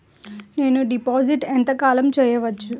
నేను డిపాజిట్ ఎంత కాలం చెయ్యవచ్చు?